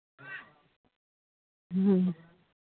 ᱦᱩᱸ